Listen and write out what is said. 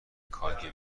kgb